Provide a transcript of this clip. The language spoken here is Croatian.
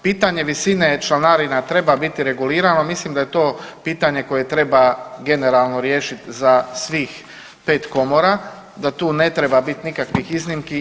Pitanje visine članarina treba biti regulirano, mislim da to pitanje koje treba generalno riješiti za svih 5 komora, da tu ne treba biti nikakvih iznimki.